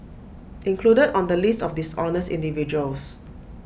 included on the list of dishonest individuals